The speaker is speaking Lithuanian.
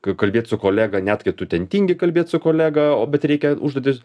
k kalbėt su kolega net kai tu ten tingi kalbėt su kolega o bet reikia užduotį